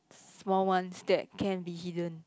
small ones that can be hidden